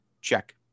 check